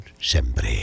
sempre